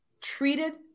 treated